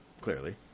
clearly